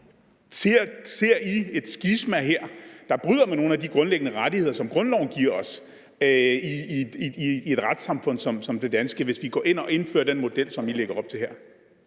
ser I så et skisma her, der bryder med nogle af de grundlæggende rettigheder, som grundloven giver os i et retssamfund som det danske, altså hvis vi gå ind og indfører den model, som I lægger op til her?